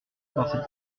par